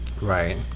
Right